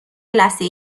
لثه